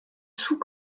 sous